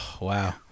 wow